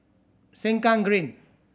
Sengkang Green